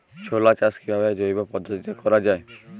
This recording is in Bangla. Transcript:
ছোলা চাষ কিভাবে জৈব পদ্ধতিতে করা যায়?